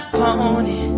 pony